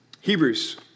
Hebrews